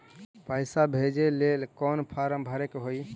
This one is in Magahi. पैसा भेजे लेल कौन फार्म भरे के होई?